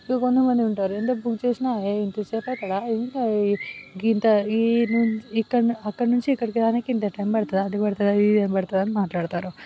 ఇక కొంత మంది ఉంటారు ఎంత బుక్ చేసినా ఏయ్ ఎంతసేపు అవుతుందా ఇంత ఇక్కడ అక్కడి నుంచి ఇక్కడికి రానీకి ఇంత టైం పడుతుందా అది పడుతుందా అది పడుతుందా అని మాట్లాడతారు